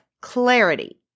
clarity